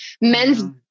Men's